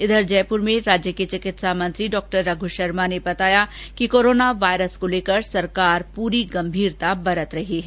इधर जयपुर में राज्य के चिकित्सा मंत्री डॉ रघू शर्मा ने बताया कि कोरोना वायरस को लेकर सरकार पूरी गंभीरता बरत रही है